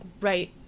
right